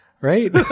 right